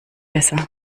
besser